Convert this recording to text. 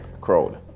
crowd